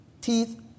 teeth